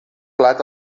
plat